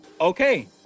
Okay